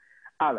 הלאה.